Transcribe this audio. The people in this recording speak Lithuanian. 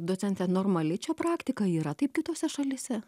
docente normali čia praktika yra taip kitose šalyse